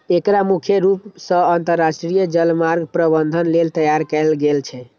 एकरा मुख्य रूप सं अंतरराष्ट्रीय जलमार्ग प्रबंधन लेल तैयार कैल गेल छै